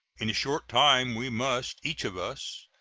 in a short time we must, each of us,